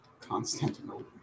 Constantinople